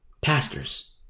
Pastors